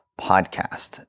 Podcast